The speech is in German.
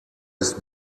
ist